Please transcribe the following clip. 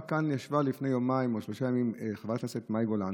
ישבה כאן רק לפני יומיים או שלושה ימים חברת הכנסת מאי גולן,